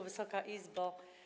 Wysoka Izbo!